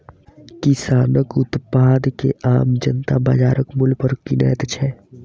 किसानक उत्पाद के आम जनता बाजारक मूल्य पर किनैत छै